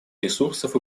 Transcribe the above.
ресурсов